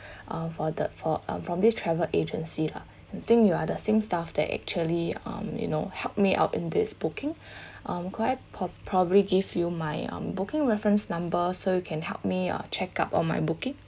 uh for the for uh from this travel agency lah I think you are the same staff that actually um you know helped me out in this booking could I prob~ probably give you my um booking reference number so you can help me uh check up on my booking